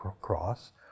cross